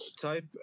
type